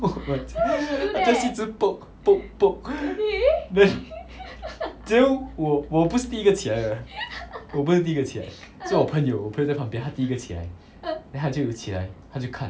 她 just 一直 poke poke poke then then 我不是第一个起来的 leh 我不是第一个起来是我朋友我朋友在旁边他第一个起来 then 他就起来他就看